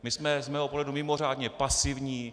My jsme z mého pohledu mimořádně pasivní.